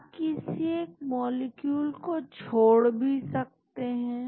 आप किसी एक मॉलिक्यूल को छोड़ भी सकते हैं